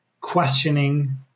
questioning